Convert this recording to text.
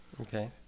Okay